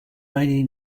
many